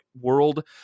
world